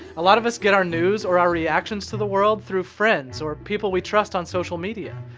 a lot of us get our news, or our reactions to the world, through friends or people we trust on social media.